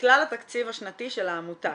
מכלל התקציב השנתי של העמותה,